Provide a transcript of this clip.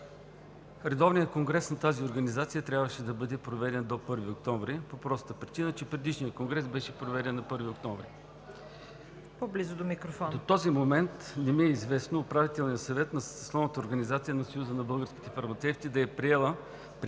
Редовният конгрес на тази организация трябваше да бъде проведен до 1-ви октомври по простата причина, че предишният конгрес беше проведен на 1-ви октомври. До този момент не ми е известно Управителният съвет на съсловната